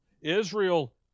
Israel